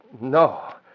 No